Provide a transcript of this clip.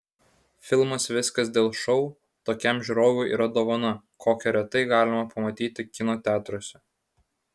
filmas viskas dėl šou tokiam žiūrovui yra dovana kokią retai galima pamatyti kino teatruose